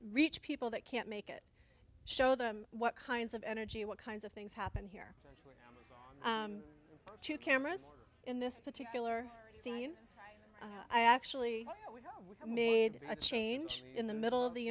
reach people that can't make it show them what kinds of energy what kinds of things happen here two cameras in this particular scene i actually made a change in the middle of the